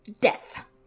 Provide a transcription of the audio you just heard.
death